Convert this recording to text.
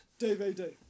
DVD